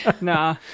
Nah